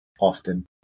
often